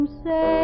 say